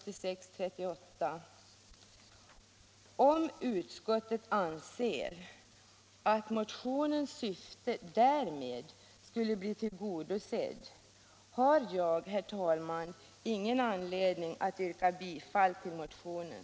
Om utskottet anser att motionens syfte därmed skulle bli tillgodosett har jag emellertid, herr talman, ingen anledning att yrka bifall till motionen.